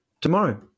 tomorrow